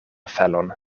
felon